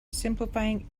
simplifying